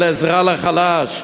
של עזרה לחלש,